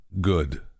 good